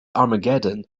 armageddon